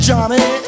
Johnny